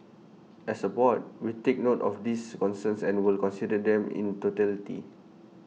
as A board we take note of these concerns and will consider them in totality